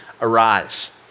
arise